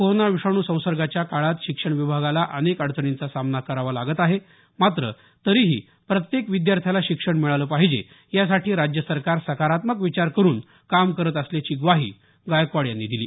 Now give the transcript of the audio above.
corona विषाणू संसर्गाच्या काळात शिक्षण विभागाला अनेक अडचणींचा सामना करावा लागत आहे मात्र तरीही प्रत्येक विद्यार्थ्याला शिक्षण मिळालं पाहिजे यासाठी राज्य सरकार सकारात्मक विचार करून काम करत असल्याची ग्वाही गायकवाड यांनी दिली